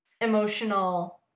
Emotional